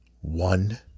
One